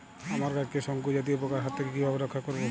আমার গাছকে শঙ্কু জাতীয় পোকার হাত থেকে কিভাবে রক্ষা করব?